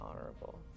honorable